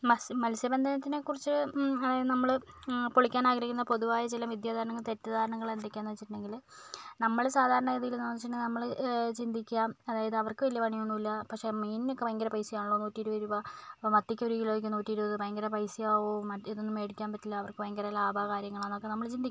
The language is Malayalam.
മത്സ്യ ബന്ധനത്തിനെ കുറിച്ച് അതായത് നമ്മൾ പൊളിക്കാൻ ആഗ്രഹിക്കുന്ന പൊതുവായ ചില മിഥ്യാധാരണകളും തെറ്റിദ്ധാരണകളും എന്തൊക്കെയാണെന്ന് വെച്ചിട്ടുണ്ടെങ്കിൽ നമ്മൾ സാധാരണ ഗതിയിൽ എന്ന് വെച്ചിട്ടുണ്ടെങ്കിൽ നമ്മൾ ചിന്തിക്കുക അതായത് അവർക്ക് വലിയ പണി ഒന്നും ഇല്ല പക്ഷെ മീനിനൊക്കെ ഭയങ്കര പൈസ ആണല്ലോ നൂറ്റി ഇരുപത് രൂപ ഇപ്പോൾ മത്തിക്ക് ഒരു കിലോക്ക് നൂറ്റി ഇരുപത് ഭയങ്കര പൈസ ആകുമോ മറ്റേതൊന്നും മേടിക്കാൻ പറ്റില്ല അവർക്ക് ഭയങ്കര ലാഭ കാര്യങ്ങളാണെന്ന് ഒക്കെ നമ്മൾ ചിന്തിക്കും